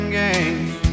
games